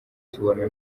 tubona